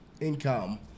income